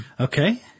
Okay